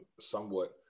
somewhat